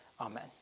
Amen